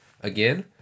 again